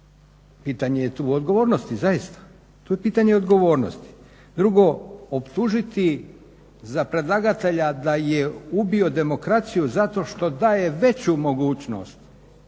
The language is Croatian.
pitanje odgovornosti. Drugo, optužiti za predlagatelja da je ubio demokraciju zato što daje veću mogućnost,